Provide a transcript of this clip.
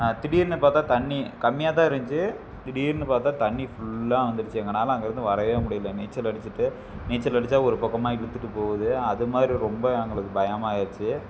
திடீரெனு பார்த்தா தண்ணி கம்மியாக தான் இருந்துச்சி திடீரெனு பார்த்தா தண்ணி ஃபுல்லாக வந்துருச்சு எங்கனால் அங்கே இருந்து வரவே முடியல நீச்சல் அடிச்சுட்டு நீச்சல் அடித்தா ஒரு பக்கமாக இழுத்துட்டு போகுது அது மாதிரி ரொம்ப எங்களுக்கு பயமாகிருச்சி